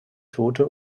tote